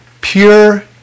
Pure